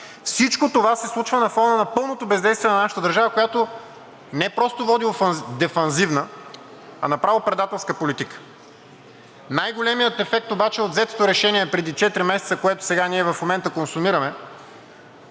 Всичко това се случва на фона на пълното бездействие на нашата държава, която не просто води дефанзивна, а направо предателска политика. Най-големият ефект обаче от взетото решение преди четири месеца, което сега ние в момента консумираме,